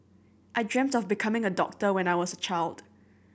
I dreamt of becoming a doctor when I was a child